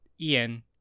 Ian